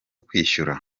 kwishyura